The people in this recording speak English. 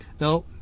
Now